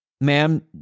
Ma'am